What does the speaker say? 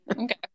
Okay